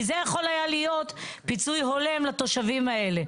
כי זה יכול היה להיות פיצוי הולם לתושבים האלה.